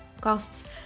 costs